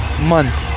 month